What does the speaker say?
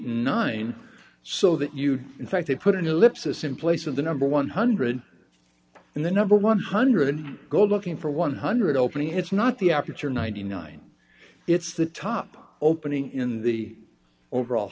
and nine so that you in fact they put an ellipsis in place of the number one hundred and the number one hundred go looking for one hundred opening it's not the aperture ninety nine it's the top opening in the overall